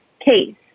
case